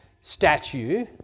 statue